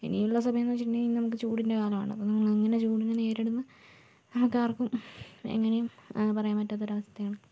ഇനിയുള്ള സമയമെന്ന് വെച്ചിട്ടുണ്ടെങ്കിൽ ഇനി നമുക്ക് ചൂടിൻ്റെ കാലമാണ് അപ്പോൾ നമ്മള് എങ്ങനെ ചൂടിനെ നേരിടുമെന്ന് നമുക്കാർക്കും എങ്ങനേയും പറയാൻ പറ്റാത്തൊരു അവസ്ഥയാണ്